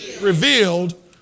revealed